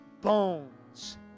bones